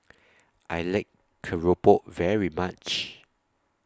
I like Keropok very much